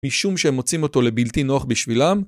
‫משום שהם מוצאים אותו לבלתי נוח בשבילם?